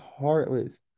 heartless